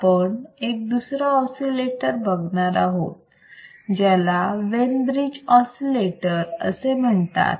आपण एक दुसरा ऑसिलेटर बघणार आहोत ज्याला वेन ब्रिज ऑसिलेटर असे म्हणतात